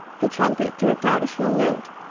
the trumpet jerked out a shrill note,